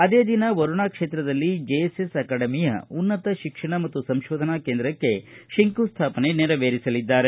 ಅದೇ ದಿನ ವರುಣಾ ಕ್ಷೇತ್ರದಲ್ಲಿ ಜೆಎಸ್ಎಸ್ ಅಕಾಡೆಮಿಯ ಉನ್ನತ ಶಿಕ್ಷಣ ಮತ್ತು ಸಂಶೋಧನಾ ಕೇಂದ್ರಕ್ಷೆ ಶಂಕುಸ್ಥಾಪನೆ ನೆರವೇರಿಸಲಿದ್ದಾರೆ